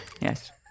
yes